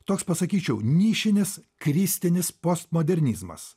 toks pasakyčiau nišinis kristinis postmodernizmas